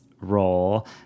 role